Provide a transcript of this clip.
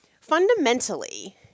Fundamentally